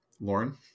Lauren